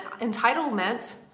entitlement